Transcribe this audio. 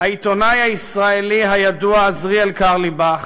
העיתונאי הישראלי הידוע עזריאל קרליבך